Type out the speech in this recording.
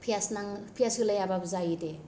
फियाज नाङा फियाज होलायाबाबो जायो दे